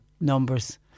numbers